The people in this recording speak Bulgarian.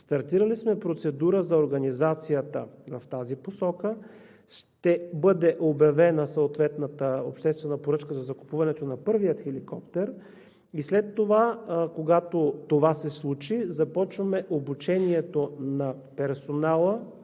Стартирали сме процедура за организацията в тази посока. Ще бъде обявена съответната обществена поръчка за закупуването на първия хеликоптер. След това, когато това се случи, започваме обучението на персонала